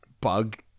bug